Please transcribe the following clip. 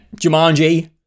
Jumanji